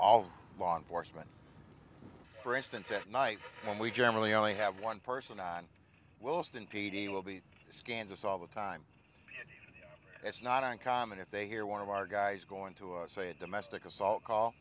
all law enforcement for instance at night when we generally only have one person on wellston p d will be scanned us all the time it's not uncommon if they hear one of our guys going to say a domestic assault call